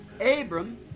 Abram